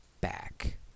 back